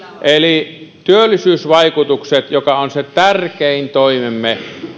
otetaan huomioon työllisyysvaikutukset joka on se tärkein toimemme